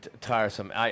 tiresome